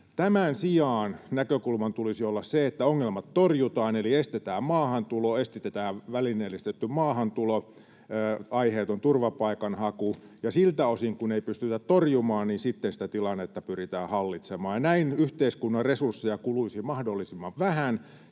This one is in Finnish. Tämän sijaan näkökulman tulisi olla se, että ongelmat torjutaan eli estetään maahantulo, estetään välineellistetty maahantulo, aiheeton turvapaikanhaku, ja siltä osin, kun ei pystytä torjumaan, sitten sitä tilannetta pyritään hallitsemaan. Näin yhteiskunnan resursseja kuluisi mahdollisimman vähän